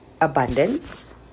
Abundance